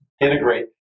integrate